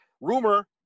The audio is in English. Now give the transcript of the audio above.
rumor